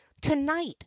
tonight